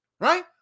Right